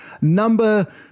number